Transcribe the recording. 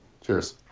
Cheers